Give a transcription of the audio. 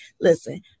listen